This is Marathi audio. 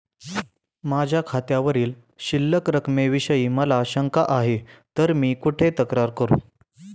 माझ्या खात्यावरील शिल्लक रकमेविषयी मला शंका आहे तर मी कुठे तक्रार करू?